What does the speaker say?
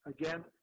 Again